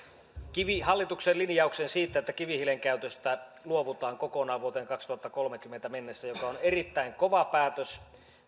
hallituksen linjaukseen siitä että kivihiilen käytöstä luovutaan kokonaan vuoteen kaksituhattakolmekymmentä mennessä joka on erittäin kova päätös